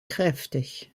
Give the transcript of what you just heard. kräftig